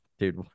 Dude